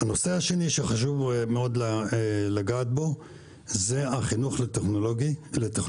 נושא אחר שחשוב מאוד לגעת בו זה החינוך לטכנולוגיה.